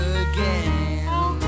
again